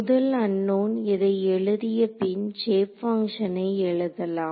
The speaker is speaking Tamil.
முதல் அன்னோன் இதை எழுதிய பின் ஷேப் பங்ஷனை எழுதலாம்